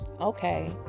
okay